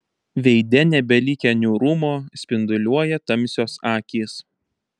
veide nebelikę niūrumo spinduliuoja tamsios akys